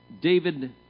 David